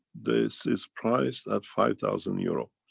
this is priced at five thousand euro.